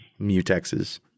mutexes